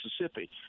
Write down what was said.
Mississippi